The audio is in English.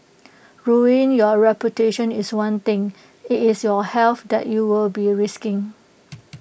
ruining your reputation is one thing IT is your health that you will be risking